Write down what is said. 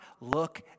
look